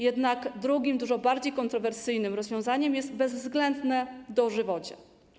Jednak drugim, dużo bardziej kontrowersyjnym rozwiązaniem jest kara bezwzględnego dożywocia.